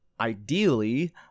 ideally